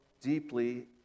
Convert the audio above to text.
deeply